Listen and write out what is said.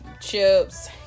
chips